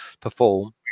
perform